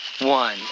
one